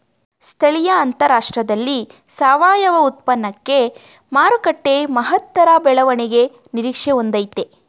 ಸ್ಥಳೀಯ ಅಂತಾರಾಷ್ಟ್ರದಲ್ಲಿ ಸಾವಯವ ಉತ್ಪನ್ನಕ್ಕೆ ಮಾರುಕಟ್ಟೆ ಮಹತ್ತರ ಬೆಳವಣಿಗೆ ನಿರೀಕ್ಷೆ ಹೊಂದಯ್ತೆ